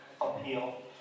appeal